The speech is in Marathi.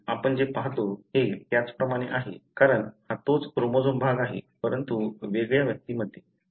हे आपण जे पाहतो हे त्याप्रमाणेच आहे कारण हा तोच क्रोमोझोम्स भाग आहे परंतु वेगळ्या व्यक्तीमध्ये